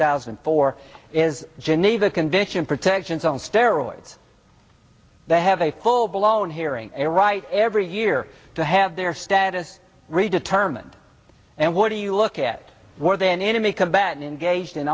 thousand and four is geneva convention protections on steroids they have a full blown hearing a right every year to have their status read determined and what do you look at more than enemy combatant engaged